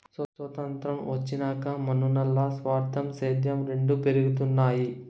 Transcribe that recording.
సొతంత్రం వచ్చినాక మనునుల్ల స్వార్థం, సేద్యం రెండు పెరగతన్నాయి